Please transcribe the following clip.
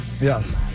Yes